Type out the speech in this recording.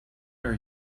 are